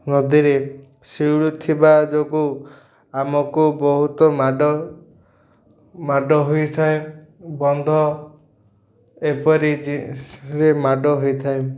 ନଦୀରେ ଶିଉଳି ଥିବା ଯୋଗୁଁ ଆମକୁ ବହୁତ ମାଡ଼ ମାଡ଼ ହୋଇଥାଏ ବନ୍ଧ ଏପରି ମାଡ଼ ହୋଇଥାଏ